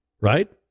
Right